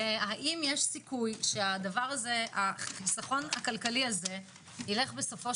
האם יש סיכוי שהחיסכון הכלכלי הזה ילך בסופו